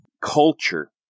culture